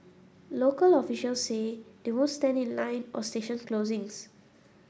local officials say they won't stand in line or station closings